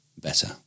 better